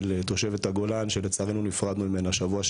של תושבת הגולן שלצערנו נפרדנו ממנה שבוע שעבר,